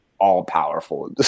all-powerful